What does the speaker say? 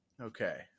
Okay